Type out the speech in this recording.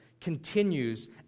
continues